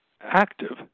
active